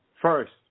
First